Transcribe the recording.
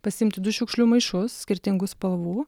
pasiimti du šiukšlių maišus skirtingų spalvų